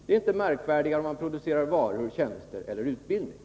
Det är inte märkvärdigare att producera utbildning än att producera varor och tjänster.